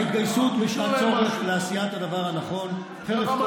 ההתגייסות בשעת צורך לעשיית הדבר הנכון חרף כל